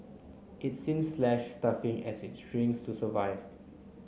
it's since slash staffing as it shrinks to survive